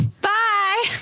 Bye